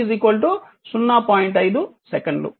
5 సెకన్లు